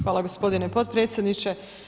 Hvala gospodine potpredsjedniče.